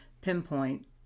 pinpoint